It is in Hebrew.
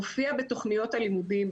הופיע בתכניות הלימודים,